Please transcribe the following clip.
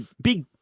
big